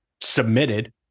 submitted